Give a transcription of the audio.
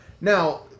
Now